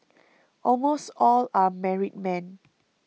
almost all are married men